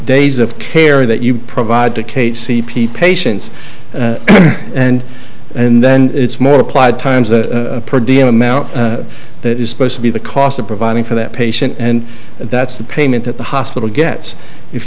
days of care that you provide to kate c p patients and and then it's more applied times a per diem amount that is supposed to be the cost of providing for that patient and that's the payment at the hospital gets if